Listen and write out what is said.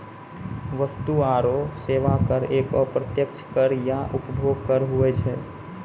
वस्तु आरो सेवा कर एक अप्रत्यक्ष कर या उपभोग कर हुवै छै